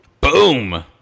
Boom